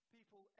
People